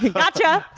gotcha.